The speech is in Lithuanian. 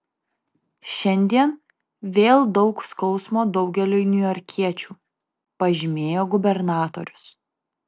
šiandien vėl daug skausmo daugeliui niujorkiečių pažymėjo gubernatorius